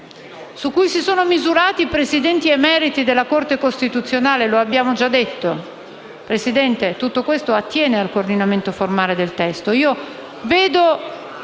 del nostro Paese e presidenti emeriti della Corte costituzionale, come abbiamo già detto. Signor Presidente, tutto questo attiene al coordinamento formale del testo.